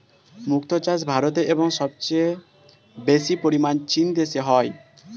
মুক্ত চাষ ভারতে এবং সবচেয়ে বেশি পরিমাণ চীন দেশে হয়